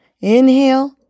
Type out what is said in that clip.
Inhale